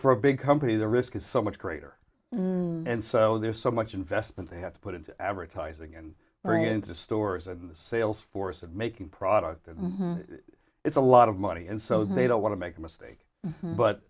for a big company the risk is so much greater and so there's so much investment they have to put into advertising and bring it into stores and the sales force of making product and it's a lot of money and so they don't want to make a mistake but